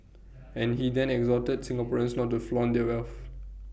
and he then exhorted Singaporeans not to flaunt their wealth